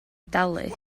dalu